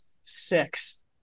six